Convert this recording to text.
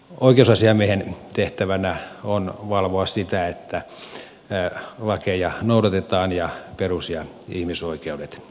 oikeusasiamiehen tehtävänä on valvoa sitä että lakeja noudatetaan ja perus ja ihmisoikeudet toteutuvat